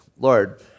Lord